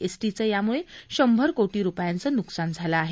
एसटीचं याम्ळे शंभर कोटी रुपयांचं नुकसान झालं आहे